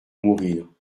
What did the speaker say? mourir